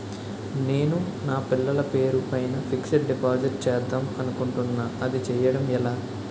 నేను నా పిల్లల పేరు పైన ఫిక్సడ్ డిపాజిట్ చేద్దాం అనుకుంటున్నా అది చేయడం ఎలా?